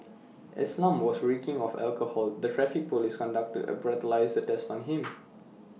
as Lam was reeking of alcohol the traffic Police conducted A breathalyser test on him